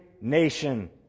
nation